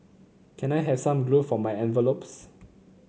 can I have some glue for my envelopes